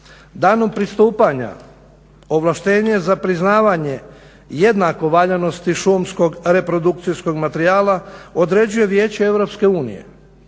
Danom pristupanja ovlaštenje za priznavanje jednako valjanosti šumskog reprodukcijskog materijala određuje Vijeće